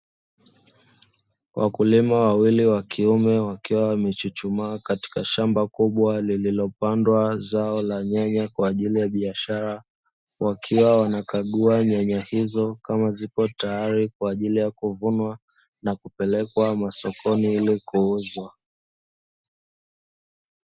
Wakulima wawili wa kiume wakiwa wamechuchumaa katika shamba kubwa lililopandwa zao la nyanya, kwa ajili ya biashara wakiwa wanakagua nyanya hizo kama zipo tayari kwa ajili ya kuvunwa na kupelekwa masokoni ili kuuzwa.